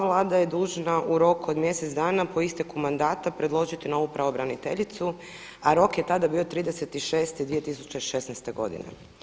Vlada je dužna u roku od mjesec dana po isteku mandata predložiti novu pravobraniteljicu, a rok je tada bio 30.6.2016. godine.